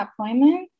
appointment